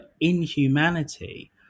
inhumanity